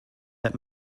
that